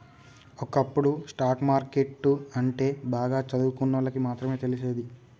ఒకప్పుడు stock market అంటే బాగా చదువుకున్నోళ్ళకి మాత్రమే తెలిసేది